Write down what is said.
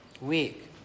week